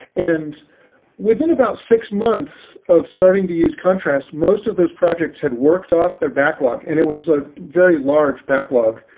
and within about six months of starting to use contrast, most of those projects had worked off their backlog, and it was a very large backlog.